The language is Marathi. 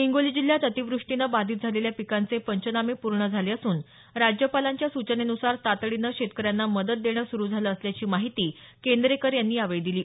हिंगोली जिल्ह्यात अतिवृष्टीनं बाधित झालेल्या पिकांचे पंचनामे पूर्ण झाले असून राज्यपालांच्या सूचनेनुसार तातडीनं शेतकऱ्यांना मदत देणं सुरू झालं असल्याची माहिती केंद्रेकर यांनी यावेळी दिली